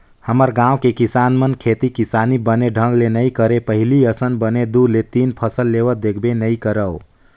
हमर गाँव के किसान मन खेती किसानी बने ढंग ले नइ करय पहिली असन बने दू ले तीन फसल लेवत देखबे नइ करव